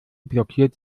blockiert